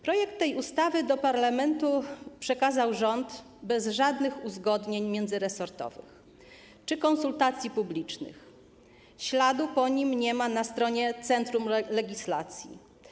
Projekt tej ustawy do parlamentu przekazał rząd bez żadnych uzgodnień międzyresortowych czy konsultacji publicznych, śladu po nim nie ma na stronie centrum legislacji.